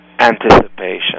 Anticipation